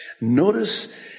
Notice